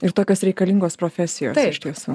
ir tokios reikalingos profesijos iš tiesų